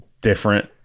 different